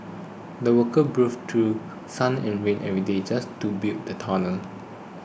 the workers braved through sun and rain every day just to build the tunnel